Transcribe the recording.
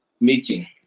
meeting